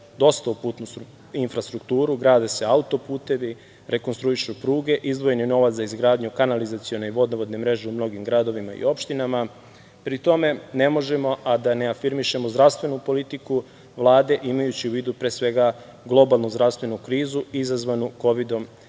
dosta u putnu infrastrukturu, grade se autoputevi, rekonstruišu pruge, izdvojen je novac za izgradnju kanalizacione i vodovodne mreže u mnogim gradovima i opštinama. Pri tome, ne možemo a da ne afirmišemo zdravstvenu politiku Vlade, imajući u vidu pre svega globalno zdravstvenu krizu izazvanu Kovidom